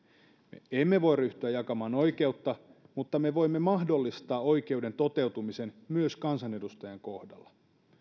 me emme voi ryhtyä jakamaan oikeutta mutta me voimme mahdollistaa oikeuden toteutumisen myös kansanedustajan kohdalla